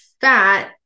fat